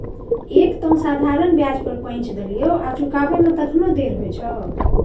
एक तँ साधारण ब्याज पर पैंच देलियौ आ चुकाबै मे तखनो देर होइ छौ